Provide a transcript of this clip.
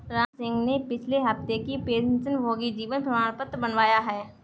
रामसिंह ने पिछले हफ्ते ही पेंशनभोगी जीवन प्रमाण पत्र बनवाया है